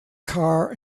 car